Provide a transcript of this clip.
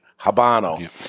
Habano